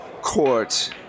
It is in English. court